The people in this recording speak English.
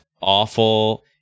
awful